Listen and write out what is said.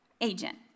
Agent